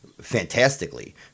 fantastically